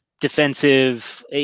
defensive